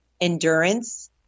Endurance